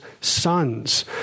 sons